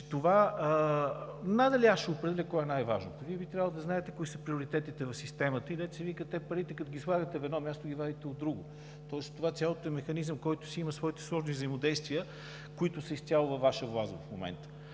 надали аз ще определя кое е най-важното. Вие би трябвало да знаете кои са приоритетите в системата и дето се вика, те, парите, като ги сваляте в едно място, ги вадите от друго. Тоест, това цялото е механизъм, който си има своите сложни взаимодействия, които са изцяло във Ваша власт в момента.